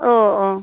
औ औ